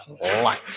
light